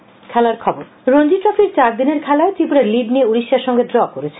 Ranji trophy Ranji ট্রফির চারদিনের খেলায় ত্রিপুরা লিড নিয়ে উড়িষ্যার সঙ্গে ড্র করেছে